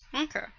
Okay